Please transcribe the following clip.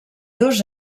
dos